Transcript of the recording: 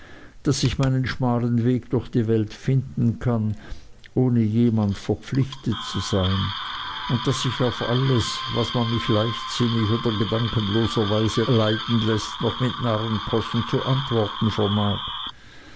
daß ich meinen schmalen weg durch die welt finden kann ohne jemand verpflichtet zu sein und daß ich auf alles was man mich leichtsinnig oder gedankenloserweise leiden läßt noch mit narrenpossen zu antworten vermag